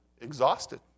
exhausted